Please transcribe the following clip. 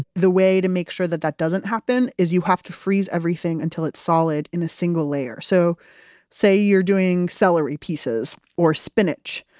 the way to make sure that that doesn't happen is you have to freeze everything until it's solid in a single layer. so say you're doing celery pieces or spinach.